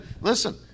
listen